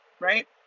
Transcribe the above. right